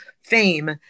fame